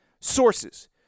Sources